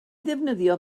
ddefnyddio